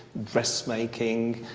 dressmaking,